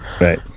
Right